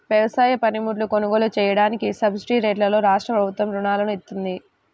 వ్యవసాయ పనిముట్లు కొనుగోలు చెయ్యడానికి సబ్సిడీరేట్లలో రాష్ట్రప్రభుత్వం రుణాలను ఇత్తంది